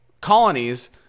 colonies